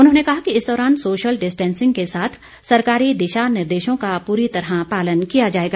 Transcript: उन्होंने कहा कि इस दौरान सोशल डिस्टैंसिंग के साथ सरकारी दिशा निर्देशों का पूरी तरह पालन किया जाएगा